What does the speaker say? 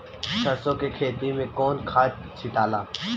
सरसो के खेती मे कौन खाद छिटाला?